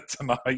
tonight